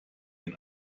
den